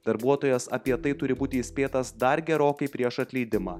darbuotojas apie tai turi būti įspėtas dar gerokai prieš atleidimą